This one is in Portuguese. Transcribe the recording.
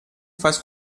faz